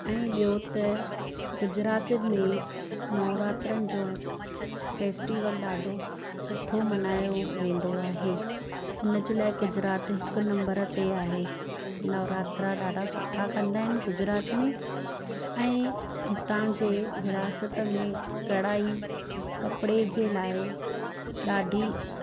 ऐं ॿियो त गुजरातियुनि में नवरात्रनि जो फेस्टिवल ॾाढो सुठो मल्हायो वेंदो आहे उनजे लाइ गुजरात हिकु नंबर ते आहे नवरात्रा ॾाढा सुठा कंदा आइनि गुजरात में ऐं हितां जे विरासत में कढ़ाई कपिड़े जे लाइ ॾाढी